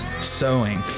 sewing